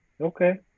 okay